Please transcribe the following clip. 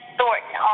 Thornton